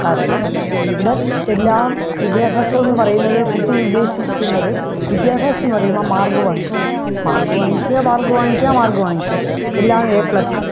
കാരണം ഇവിടെ എല്ലാം വിദ്യാഭ്യാസം എന്ന് പറയുന്നത് കുട്ടി ഉദ്ദേശിക്കുന്നത് വിദ്യാഭ്യാസം എന്നുപറയുമ്പോള് മാർക്ക് വാങ്ങിക്കുക മാർക്ക് വാങ്ങിക്കുക മാർക്ക് വാങ്ങിക്കുക എല്ലാം എ പ്ലസ്